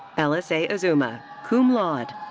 ellis a. azuma, cum laude.